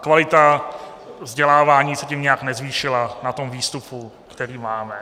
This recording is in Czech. Kvalita vzdělávání se tím nijak nezvýšila na výstupu, který máme.